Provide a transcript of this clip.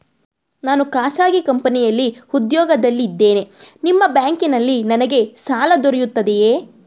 ನಾನು ಖಾಸಗಿ ಕಂಪನಿಯಲ್ಲಿ ಉದ್ಯೋಗದಲ್ಲಿ ಇದ್ದೇನೆ ನಿಮ್ಮ ಬ್ಯಾಂಕಿನಲ್ಲಿ ನನಗೆ ಸಾಲ ದೊರೆಯುತ್ತದೆಯೇ?